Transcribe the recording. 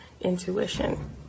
intuition